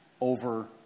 over